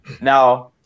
Now